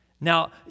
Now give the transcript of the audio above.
now